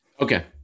Okay